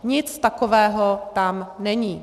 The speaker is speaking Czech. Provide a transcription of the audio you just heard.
Nic takového tam není.